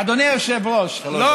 אדוני היושב-ראש, לא